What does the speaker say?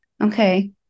Okay